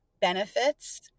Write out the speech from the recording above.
benefits